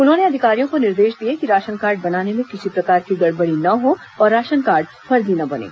उन्होंने अधिकारियों को निर्देश दिए कि राशनकार्ड बनाने में किसी प्रकार की गड़बड़ी न हो और राशन कार्ड फर्जी न बनें